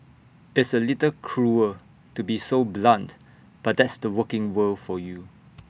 it's A little cruel to be so blunt but that's the working world for you